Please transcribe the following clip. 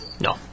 No